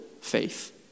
faith